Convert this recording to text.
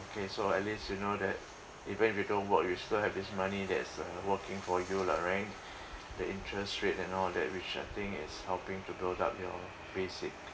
okay so at least you know that even if you don't work you still have this money that is uh working for you lah right the interest rate and all that which I think is helping to build up your basic